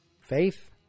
faith